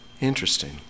Interesting